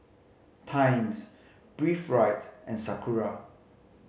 Times Breathe Right and Sakura